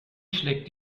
schlägt